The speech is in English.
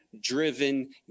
driven